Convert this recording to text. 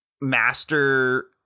master